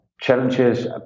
Challenges